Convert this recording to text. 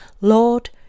Lord